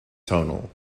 tonal